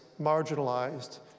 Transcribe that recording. marginalized